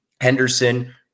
Henderson